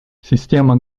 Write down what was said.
система